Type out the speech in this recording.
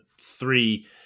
three